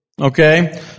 Okay